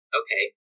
okay